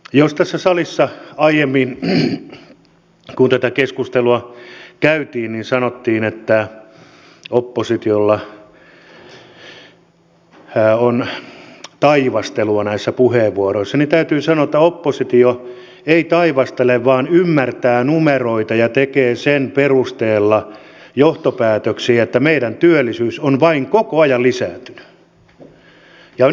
jos tässä salissa aiemmin kun tätä keskustelua käytiin sanottiin että oppositiolla on taivastelua näissä puheenvuoroissa niin täytyy sanoa että oppositio ei taivastele vaan ymmärtää numeroita ja tekee sen perusteella johtopäätöksiä että meillä työllisyys on vain koko ajan vähentynyt